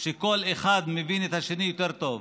כל אחד מבין את השני יותר טוב.